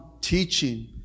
teaching